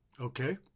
Okay